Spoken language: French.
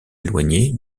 éloigné